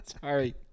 sorry